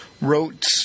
wrote